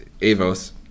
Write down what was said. Avo's